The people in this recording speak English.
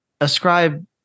ascribe